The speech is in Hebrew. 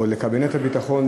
או לקבינט הביטחון,